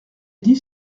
dit